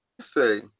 say